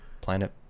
planet